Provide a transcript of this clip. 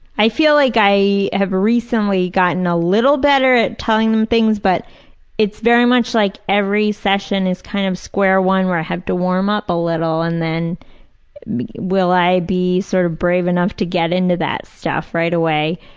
i feel like i have recently gotten a little better at telling them things. but it's very much like every session is kind of square one where i have to warm up a little. and then will i be sort of brave enough to get into that stuff right away.